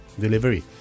Delivery